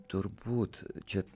turbūt čia